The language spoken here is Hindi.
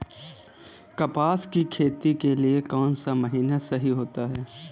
कपास की खेती के लिए कौन सा महीना सही होता है?